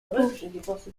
repos